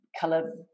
color